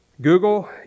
Google